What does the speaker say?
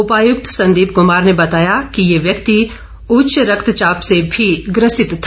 उपायुक्त संदीप कुमार ने बताया कि ये व्यक्ति उच्चे रक्तचाप से भी ग्रसित था